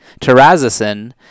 terazosin